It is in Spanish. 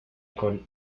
con